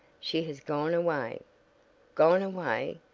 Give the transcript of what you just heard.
she has gone away gone away!